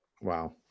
Wow